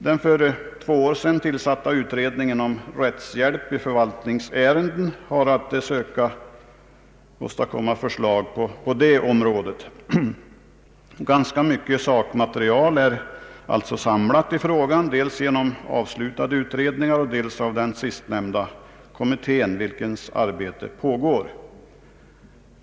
Den för två år sedan tillsatta utredningen om rättshjälp i förvaltningsärenden har att söka åstadkomma förslag på det området. Ganska mycket sakmaterial är alltså samlat i frågan, dels genom avslutade utredningar och dels av den sistnämnda kommittén, vars arbete fortfarande pågår.